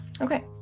Okay